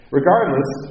Regardless